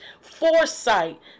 foresight